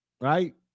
right